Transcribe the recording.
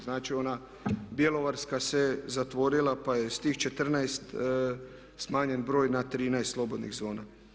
Znači ona bjelovarska se zatvorila pa je s tih 14 smanjen broj na 13 slobodnih zona.